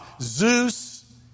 Zeus